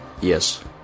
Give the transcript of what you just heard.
Yes